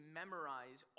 memorize